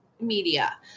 media